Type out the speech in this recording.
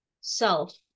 self